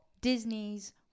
Disney's